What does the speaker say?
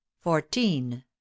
Fourteen